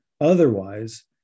otherwise